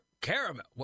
caramel